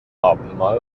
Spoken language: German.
abendmahl